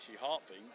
heartbeat